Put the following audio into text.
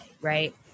right